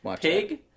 Pig